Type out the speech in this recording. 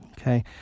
okay